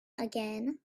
again